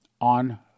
on